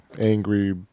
angry